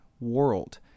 world